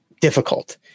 difficult